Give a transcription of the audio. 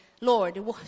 Lord